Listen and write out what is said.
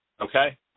okay